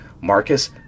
Marcus